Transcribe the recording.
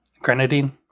Grenadine